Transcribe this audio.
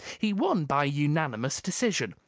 he won by a unanimous decision.